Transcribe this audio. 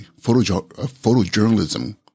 photojournalism